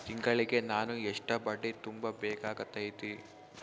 ತಿಂಗಳಿಗೆ ನಾನು ಎಷ್ಟ ಬಡ್ಡಿ ತುಂಬಾ ಬೇಕಾಗತೈತಿ?